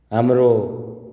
हाम्रो